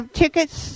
tickets